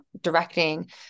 directing